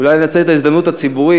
אולי ננצל את ההזדמנות הציבורית,